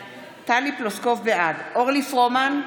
בעד אורלי פרומן,